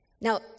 Now